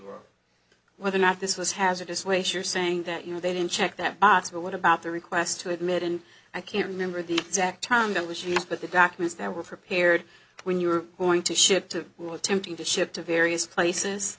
of whether or not this was hazardous waste you're saying that you know they didn't check that box but what about the request to admit and i can't remember the exact time the machines but the documents that were prepared when you were going to ship to who are attempting to ship to various places